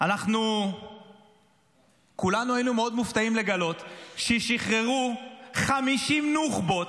אנחנו כולנו היינו מאוד מופתעים לגלות ששחררו 50 נוח'בות,